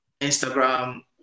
Instagram